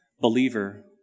believer